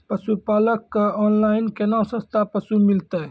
पशुपालक कऽ ऑनलाइन केना सस्ता पसु मिलतै?